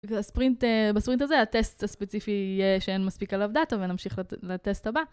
בספרינט הזה, הטסט הספציפי יהיה שאין מספיק עליו דאטה, ונמשיך לטסט הבא.